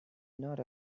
not